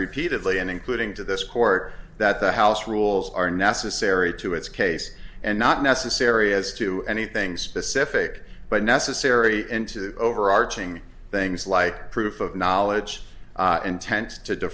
repeatedly and including to this court that the house rules are necessary to its case and not necessary as to anything specific but necessary into the overarching things like proof of knowledge intent to